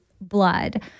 blood